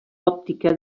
òptica